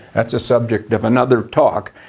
that's a subject of another talk.